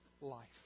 life